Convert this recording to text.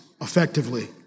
effectively